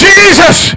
Jesus